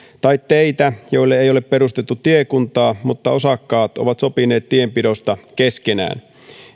tai teitä joille ei ole perustettu tiekuntaa mutta joiden osakkaat ovat sopineet tienpidosta keskenään